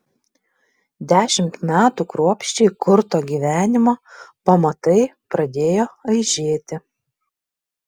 dešimt metų kruopščiai kurto gyvenimo pamatai pradėjo aižėti